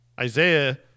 Isaiah